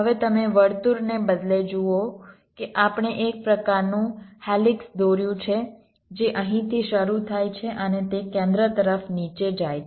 હવે તમે વર્તુળને બદલે જુઓ કે આપણે એક પ્રકારનું હેલિક્સ દોર્યું છે જે અહીંથી શરૂ થાય છે અને તે કેન્દ્ર તરફ નીચે જાય છે